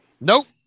Nope